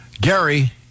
Gary